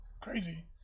Crazy